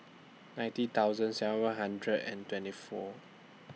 ninety thousand seven hundred and twenty four